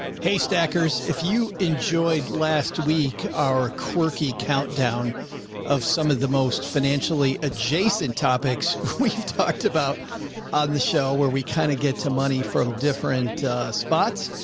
hey stackers. if you enjoyed last week, our quirky countdown of some of the most financially adjacent topics we've talked about on the show where we kind of get to money from different spots.